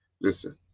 listen